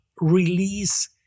release